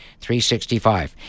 365